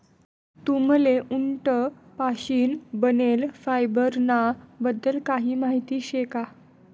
तुम्हले उंट पाशीन बनेल फायबर ना बद्दल काही माहिती शे का?